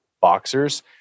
boxers